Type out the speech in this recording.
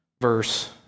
verse